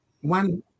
one